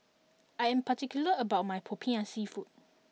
I am particular about my Popiah Seafood